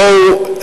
בואו,